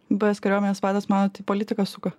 buvęs kariuomenės vadas manot į politiką suka